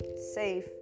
safe